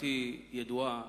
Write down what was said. דעתי ידועה.